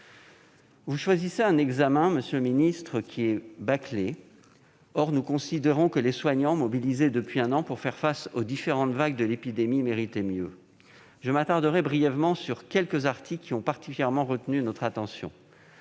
le choix d'un examen du texte bâclé. Or nous considérons que les soignants mobilisés depuis un an pour faire face aux différentes vagues de l'épidémie méritent mieux. Je m'attarderai brièvement sur quelques articles qui ont particulièrement retenu notre attention.